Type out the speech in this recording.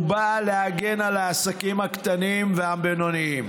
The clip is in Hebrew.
ובאה להגן על העסקים הקטנים והבינוניים?